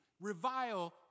Revile